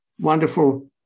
wonderful